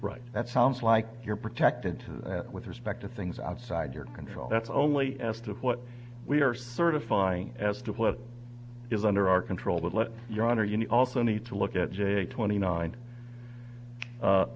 right that sounds like you're protected to that with respect to things outside your control that's only as to what we are certifying as to what is under our control but let your honor you also need to look at j twenty nine